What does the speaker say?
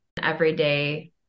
everyday